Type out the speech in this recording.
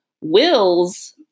wills